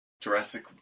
Jurassic